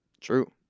True